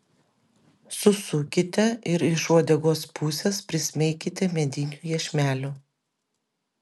susukite ir iš uodegos pusės prismeikite mediniu iešmeliu